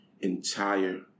entire